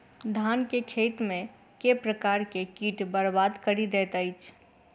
धान केँ खेती मे केँ प्रकार केँ कीट बरबाद कड़ी दैत अछि?